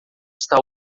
está